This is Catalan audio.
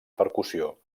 percussió